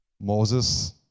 Moses